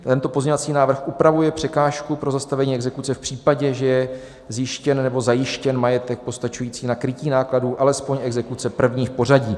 Tento pozměňovací návrh upravuje překážku pro zastavení exekuce v případě, že je zjištěn nebo zajištěn majetek postačující na krytí nákladů alespoň exekuce první v pořadí.